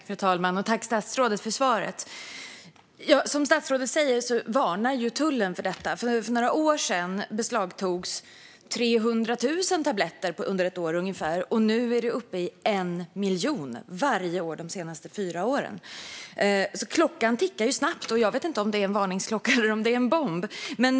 Fru talman! Tack, statsrådet, för svaret! Som statsrådet säger varnar tullen för detta. För några år sedan beslagtogs ungefär 300 000 tabletter under ett år, och nu är det uppe i 1 miljon varje år de senaste fyra åren. Klockan tickar snabbt, och jag vet inte om det är en varningsklocka eller en bomb.